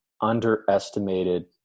underestimated